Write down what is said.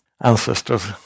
ancestors